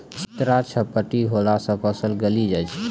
चित्रा झपटी होला से फसल गली जाय छै?